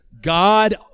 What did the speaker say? God